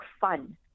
fun